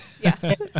yes